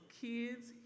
kids